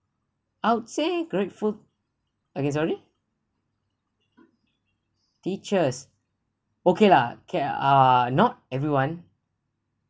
I would say grateful okay sorry teachers okay lah okay not everyone